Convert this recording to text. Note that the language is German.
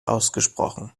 ausgesprochen